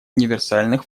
универсальных